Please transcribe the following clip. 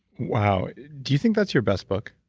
wow! do you think that's your best book?